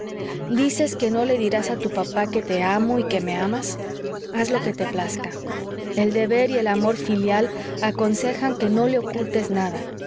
dices que no le dirás a tu papá que te amo y que me amas haz lo que te plazca el deber y el amor filial aconsejan que no le ocultes nada